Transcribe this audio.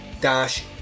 dash